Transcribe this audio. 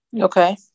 okay